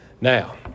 Now